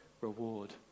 reward